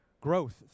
growth